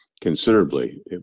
considerably